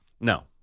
No